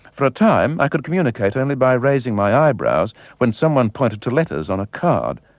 for a time i could communicate only by raising my eyebrows when someone pointed to letters on a card.